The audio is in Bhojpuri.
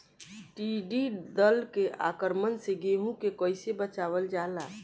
टिडी दल के आक्रमण से गेहूँ के कइसे बचावल जाला?